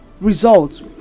results